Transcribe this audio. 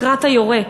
לקראת היורה.